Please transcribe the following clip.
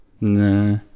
Nah